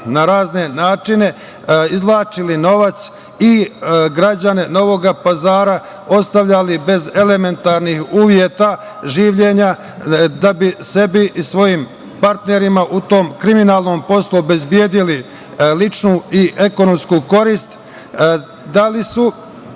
na razne načine, izvlačili novac i građane Novog Pazara ostavljali bez elementarnih uveta življenja da bi sebi i svojim partnerima u tom kriminalnom poslu obezbedili ličnu i ekonomsku korist? Da